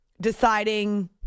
deciding